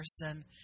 person